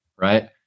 right